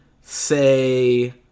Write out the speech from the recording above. say